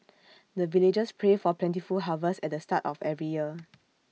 the villagers pray for plentiful harvest at the start of every year